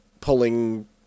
pulling